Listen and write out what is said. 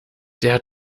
der